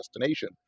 destination